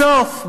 בסוף,